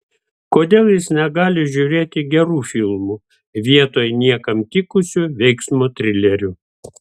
kodėl jis negali žiūrėti gerų filmų vietoj niekam tikusių veiksmo trilerių